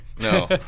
No